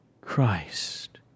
Christ